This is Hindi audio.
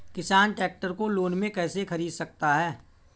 किसान ट्रैक्टर को लोन में कैसे ख़रीद सकता है?